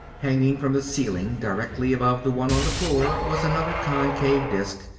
hanging from the ceiling, directly above the one on the floor, was another concave disk,